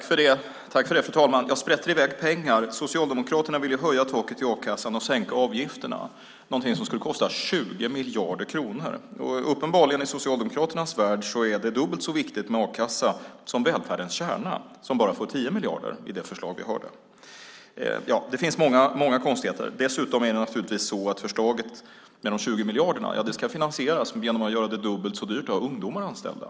Fru talman! Ja, sprätter iväg pengar - Socialdemokraterna vill ju höja taket i a-kassan och sänka avgifterna, någonting som skulle kosta 20 miljarder kronor. Uppenbarligen är det i Socialdemokraternas värld dubbelt så viktigt med a-kassa som välfärdens kärna som bara får 10 miljarder i det förslag vi hörde. Ja, det finns många konstigheter. Dessutom är det naturligtvis så att förslaget om de 20 miljarderna ska finansieras genom att man gör det dubbelt så dyrt att ha ungdomar anställda.